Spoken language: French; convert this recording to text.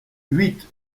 huit